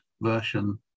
version